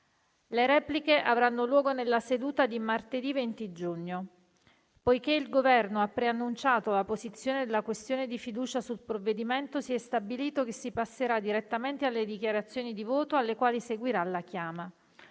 Le repliche avranno luogo nella seduta di martedì 20 giugno. Poiché il Governo ha preannunciato la posizione della questione di fiducia sul provvedimento, si è stabilito che si passerà direttamente alle dichiarazioni di voto, alle quali seguirà la chiama.